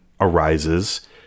arises